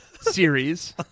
series